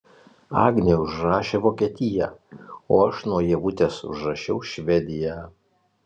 agnė užrašė vokietiją o aš nuo ievutės užrašiau švediją